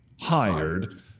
hired